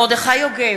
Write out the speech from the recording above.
מרדכי יוגב,